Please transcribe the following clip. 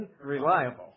unreliable